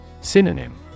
Synonym